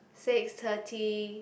six thirty